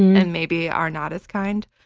and maybe are not as kind.